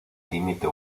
límite